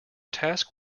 task